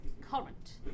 current